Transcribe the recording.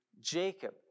Jacob